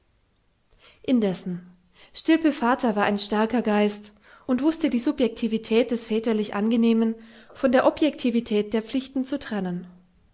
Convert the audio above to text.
indessen stilpe vater war ein starker geist und wußte die subjektivität des väterlich angenehmen von der objektivität der pflichten zu trennen